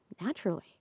naturally